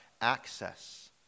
access